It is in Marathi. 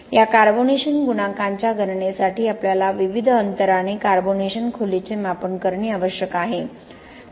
या कार्बोनेशन गुणांकाच्या गणनेसाठी आपल्याला विविध अंतराने कार्बोनेशन खोलीचे मापन करणे आवश्यक आहे